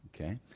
Okay